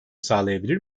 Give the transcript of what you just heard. sağlayabilir